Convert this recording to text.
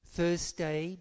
Thursday